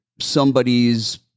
somebody's